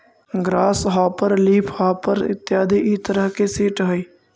grass hopper leafhopper इत्यादि इ तरह के सीट हइ